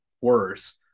worse